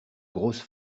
grosse